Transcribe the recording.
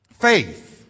Faith